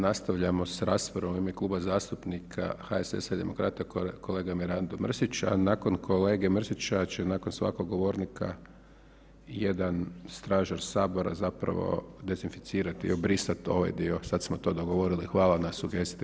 Nastavljamo s raspravom u ime Kluba zastupnika HSS-a i Demokrata, kolega Mirando Mrsić, a nakon kolege Mrsića će nakon svakog govornika jedan stražar sabora zapravo dezinficirati i obrisati ovaj dio, sad smo to dogovorili, hvala na sugestiji.